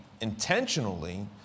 intentionally